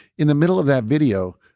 in the middle of that video,